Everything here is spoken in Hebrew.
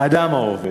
באדם העובד,